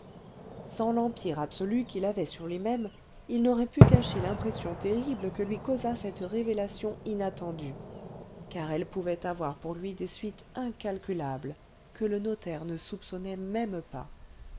sans l'empire absolu qu'il avait sur lui-même il n'aurait pu cacher l'impression terrible que lui causa cette révélation inattendue car elle pouvait avoir pour lui des suites incalculables que le notaire ne soupçonnait même pas